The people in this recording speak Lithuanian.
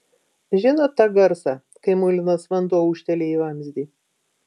žinot tą garsą kai muilinas vanduo ūžteli į vamzdį